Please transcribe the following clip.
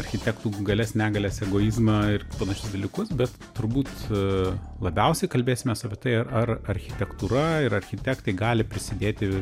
architektų galias negalias egoizmą ir panašius dalykus bet turbūt labiausiai kalbėsimės apie tai ar architektūra ir architektai gali prisidėti